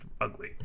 ugly